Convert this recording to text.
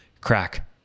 crack